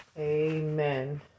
Amen